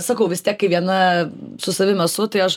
sakau vis tiek kai viena su savim esu tai aš